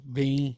bem